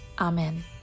Amen